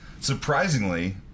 Surprisingly